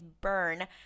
burn